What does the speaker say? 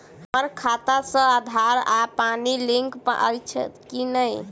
हम्मर खाता सऽ आधार आ पानि लिंक अछि की नहि?